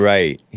Right